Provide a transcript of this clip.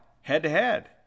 head-to-head